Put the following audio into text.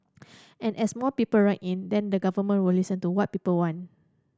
and as more people write in then the Government will listen to what people want